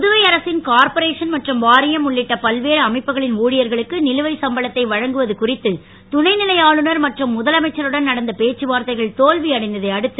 புதுவை அரசின் கார்பொரேஷன் மற்றும் வாரியம் உள்ளிட்ட பல்வேறு அமைப்புகளின் ஊழியர்களுக்கு நிலுவை சம்பளத்தை வழங்குவது குறித்து துணைநிலை ஆளுனர் மற்றும் முதலமைச்சருடன் நடந்த பேச்சுவார்த்தைகள் தோல்வி அடைந்ததை அடுத்து